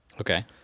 Okay